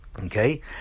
Okay